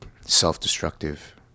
self-destructive